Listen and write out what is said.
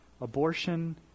abortion